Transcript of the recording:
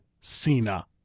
Cena